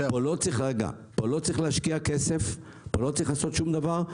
לא צריך להשקיע פה כסף או לעשות שום דבר,